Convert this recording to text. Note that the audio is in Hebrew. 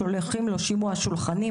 שולחים לו שימוע שולחני,